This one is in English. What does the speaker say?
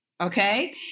Okay